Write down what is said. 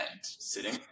sitting